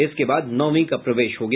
इसके बाद नौवीं का प्रवेश हो गया